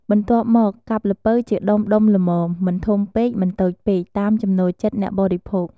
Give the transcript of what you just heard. បន្ទាប់មក កាប់ល្ពៅជាដុំៗល្មម មិនធំពេក មិនតូចពេក តាមចំណូលចិត្តអ្នកបរិភោគ។